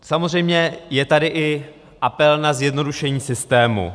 Samozřejmě je tady i apel na zjednodušení systému.